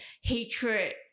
hatred